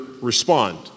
respond